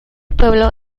pueblo